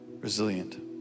resilient